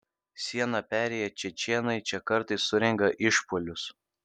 sieną perėję čečėnai čia kartais surengia išpuolius